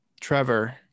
trevor